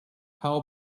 how